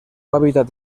hábitat